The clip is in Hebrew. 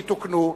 יתוקנו,